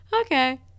Okay